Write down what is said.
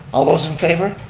all those in favor?